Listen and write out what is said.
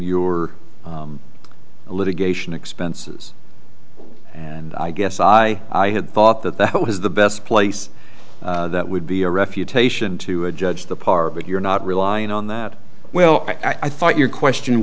your litigation expenses and i guess i i had thought that that was the best place that would be a refutation to a judge the part but you're not relying on that well i thought your question